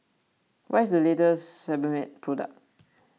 what is the latest Sebamed product